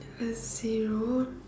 a zero